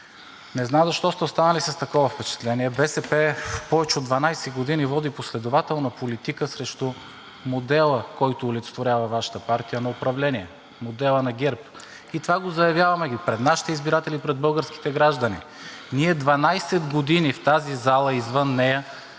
Не знам защо сте останали с такова впечатление. БСП повече от 12 години води последователна политика срещу модела на управление, който олицетворява Вашата партия – модела на ГЕРБ. И това го заявяваме и пред нашите избиратели, и пред българските граждани. Ние 12 години в тази зала и извън нея